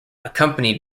accompanied